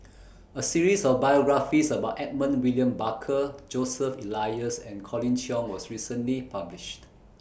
A series of biographies about Edmund William Barker Joseph Elias and Colin Cheong was recently published